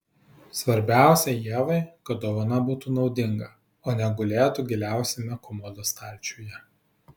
svarbiausia ievai kad dovana būtų naudinga o ne gulėtų giliausiame komodos stalčiuje